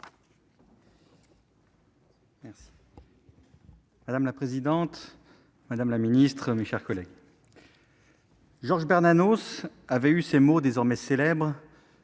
Madame la présidente, madame la secrétaire d'État, mes chers collègues, Georges Bernanos avait eu ces mots désormais célèbres